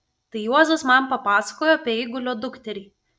tai juozas man papasakojo apie eigulio dukterį